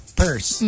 purse